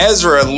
Ezra